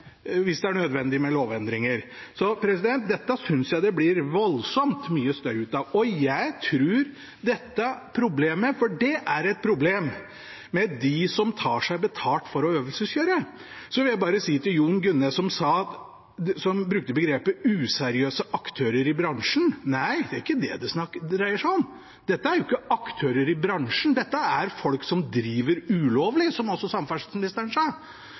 hvis det er nødvendig. Dette synes jeg det blir voldsomt mye støy ut av. Når det gjelder problemet med dem som tar seg betalt for å øvelseskjøre, for det er et problem, vil jeg bare si til Jon Gunnes, som brukte begrepet «useriøse aktører i bransjen»: Nei, det er ikke det det dreier seg om. Dette er ikke aktører i bransjen. Dette er folk som driver ulovlig, som også samferdselsministeren sa.